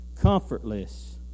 comfortless